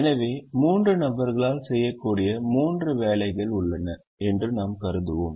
எனவே மூன்று நபர்களால் செய்யக்கூடிய மூன்று வேலைகள் உள்ளன என்று நாம் கருதுவோம்